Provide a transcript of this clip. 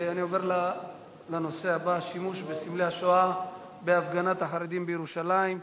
אני עובר לנושא הבא: השימוש בסמלי השואה בהפגנת החרדים בירושלים,